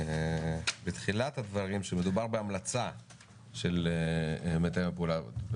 פה בתחילת הדברים שמדובר בהמלצה של מתאם פעולות הממשלה,